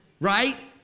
Right